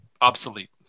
obsolete